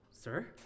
Sir